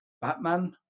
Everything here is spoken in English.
Batman